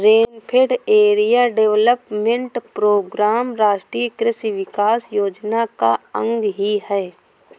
rainfed area development programme राष्ट्रीय कृषि विकास योजना का अंग ही है